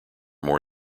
more